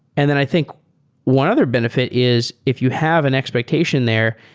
and then i think one other benefit is if you have an expectation there,